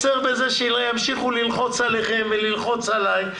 שימשיכו ללחוץ עליכם וללחוץ עלי.